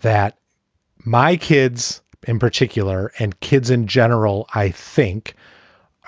that my kids in particular and kids in general, i think